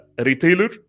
retailer